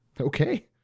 okay